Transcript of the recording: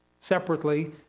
separately